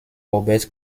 robert